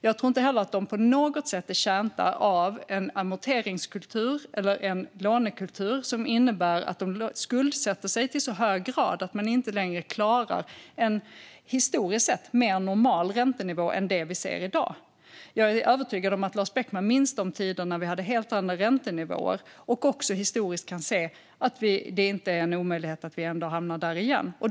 Jag tror inte heller att de på något sätt är betjänta av en amorteringskultur eller en lånekultur som innebär att de skuldsätter sig till så hög grad att de inte längre klarar en historiskt sett mer normal räntenivå än den vi ser i dag. Jag är övertygad om att Lars Beckman minns de tider när det var helt andra räntenivåer, och historiskt är det inte omöjligt att vi hamnar där igen.